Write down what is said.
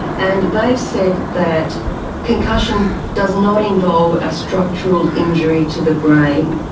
and they've said that concussion does not involve a structural injury to the brain.